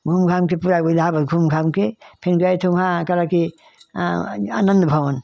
घूम घाम कर पूरा वो इलाहाबाद घूम घाम कर फिर गए थे वहाँ कहला की आ आनंद भवन